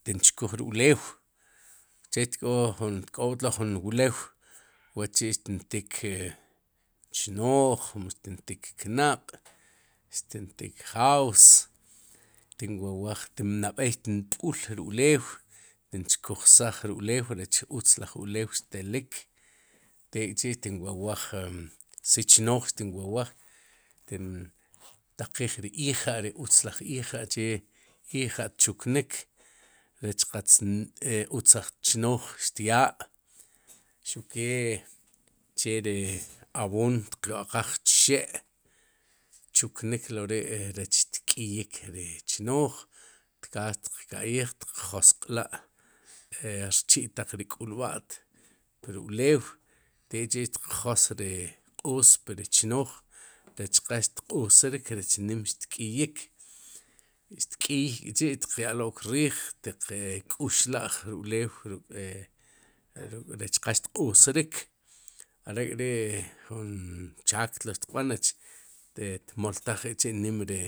xtin chkuj ri ulew uche'xtk'ob'tlo jun wlew wachi'xtintik e chnooj mu xtintik knaq', xtintik jaws tin wawaj, nab'ey xtin b'ul ri ulew, xtin chkujsaj ri ulew rech utz laj ulew telik, tek'chi'xtinwawaj, si chnooj, xtin wawaj, xtin taqij ri ija' ri utz laj ija' che ija'tchuknik, rech qatz utz laj chnooj xtyaa xuq kee cheri ab'oom xtiq ya'qaj txe' tchuknik lo ri rech xtk'iyik ri chnooj tkaal xtiq ka'yij xtiq josq'la' e rchi'taq ri k'ulb'at pu ri ulew tek'chi'xtiq jos ri qóos pri chooj, rech qas ixq'orik rech nim xtk'iyik ixtk'iy k'chi'xtiq ya'lo'k riij xtiq k'uxla'j ri ulew ruk'ruck'rech qa xtq'oosrik are'k'ri jun chaak tlo xtiqb'an rech de tmoltaj k'chi'nim ri.